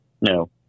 No